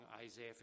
Isaiah